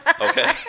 Okay